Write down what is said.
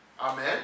Amen